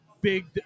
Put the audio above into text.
big